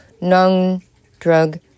non-drug